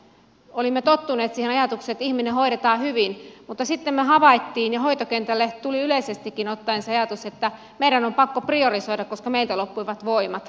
olimme tottuneet siihen ajatukseen että ihminen hoidetaan hyvin mutta sitten me havaitsimme ja hoitokentälle tuli yleisestikin ottaen se ajatus että meidän on pakko priorisoida koska meiltä loppuivat voimat